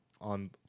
on